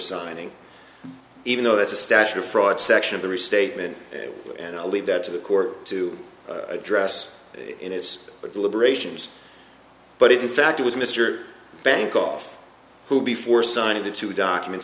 signing even though that's a statute of frauds section of the restatement and i'll leave that to the court to address in its deliberations but in fact it was mr bancroft who before signing the two documents